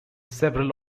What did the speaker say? several